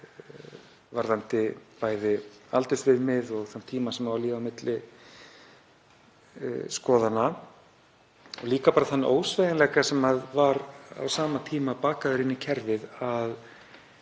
varðandi bæði aldursviðmið og þann tíma sem má líða á milli skoðana og líka bara þann ósveigjanleika sem var á sama tíma bakaður inn í kerfið að